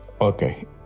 Okay